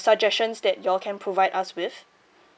suggestions that you all can provide us with